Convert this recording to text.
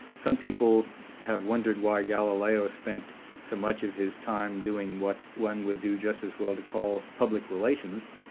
some people have wondered why galileo spent so much of his time doing what one would do just as well to call public relations.